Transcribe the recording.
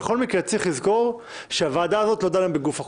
צריך לזכור שהוועדה הזו לא דנה בגוף החוק,